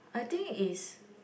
I think is